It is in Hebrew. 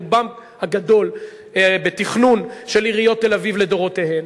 רובן הגדול בתכנון של עיריות תל-אביב לדורותיהן.